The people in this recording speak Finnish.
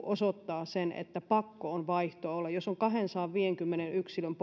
osoittaa sen että pakko on vaihtoa olla jos on kahdensadanviidenkymmenen yksilön